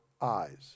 eyes